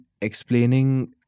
explaining